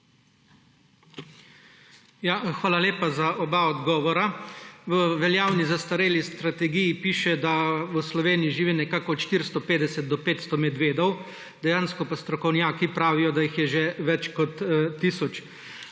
Hvala lepa za oba odgovora. V veljavni, zastareli strategiji piše, da v Sloveniji živi od 450 do 500 medvedov, dejansko pa strokovnjaki pravijo, da jih je že več kot tisoč.